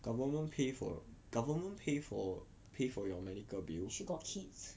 government pay for government pay for pay for your medical bill